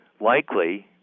likely